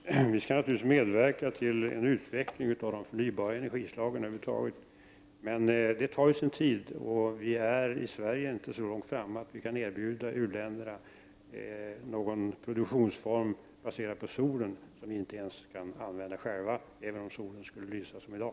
Fru talman! Vi skall naturligtvis medverka till en utveckling av de förnybara energislagen över huvud taget. Det tar dock sin tid. Vi är i Sverige inte så långt framme på detta område att vi kan erbjuda utvecklingsländerna någon produktionsform baserad på solen. Vi kan ju inte ens använda den själva, även om solen skulle lysa som i dag.